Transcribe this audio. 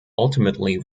ultimately